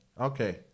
Okay